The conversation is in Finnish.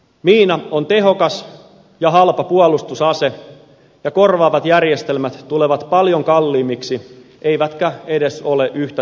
miina on tehokas ja halpa puolustusase ja korvaavat järjestelmät tulevat paljon kalliimmiksi eivätkä edes ole yhtä tehokkaita